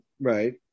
right